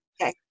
Okay